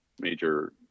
major